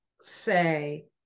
say